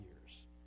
years